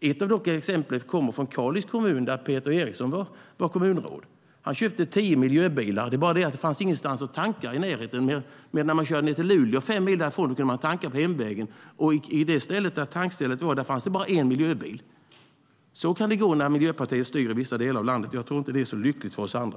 Ett exempel kommer från Kalix kommun, där Peter Eriksson var kommunalråd. Han köpte tio miljöbilar. Det var bara det att det inte fanns någonstans i närheten att tanka. Om man körde ned till Luleå, fem mil därifrån, kunde man tanka på hemvägen. Men på den plats där tankstället var fanns det bara en miljöbil. Så kan det gå när Miljöpartiet styr i vissa delar av landet. Jag tror inte att det är så lyckligt för oss andra.